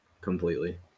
completely